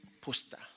poster